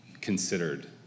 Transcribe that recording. considered